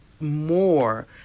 more